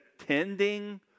attending